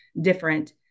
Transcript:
different